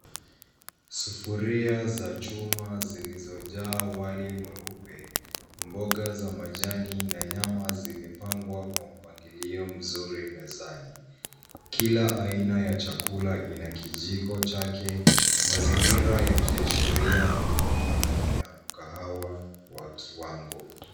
Sufuria za chuma zilizojaa wali mweupe, mboga za majani, na nyama zimepangwa kwa mpangilio mzuri mezani. Kila aina ya chakula ina kijiko chake, mazingira yakiashiria huduma ya mkahawa wa kiwango.